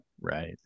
right